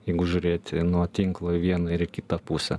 jeigu žiūrėti nuo tinklo į vieną ir į kitą pusę